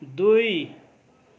दुई